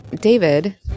David